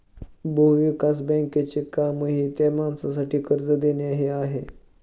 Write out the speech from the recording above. भूविकास बँकेचे कामही त्या माणसासाठी कर्ज देणे हे आहे